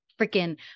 freaking